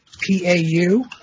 P-A-U